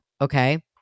okay